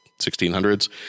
1600s